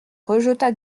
rejeta